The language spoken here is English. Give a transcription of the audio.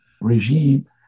regime